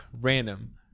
random